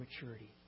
maturity